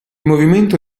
movimento